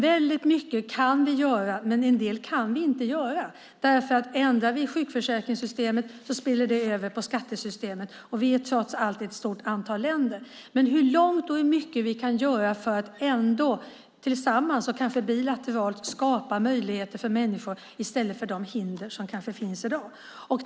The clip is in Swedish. Väldigt mycket kan vi göra, men en del kan vi inte göra, för om vi ändrar i sjukförsäkringssystemet spiller det över på skattesystemen, och vi är trots allt ett stort antal länder. Men vi kan ändå gå långt och göra mycket för att ändå, tillsammans och kanske bilateralt, skapa möjligheter för människor i stället för de hinder som kanske finns i dag.